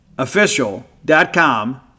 Official.com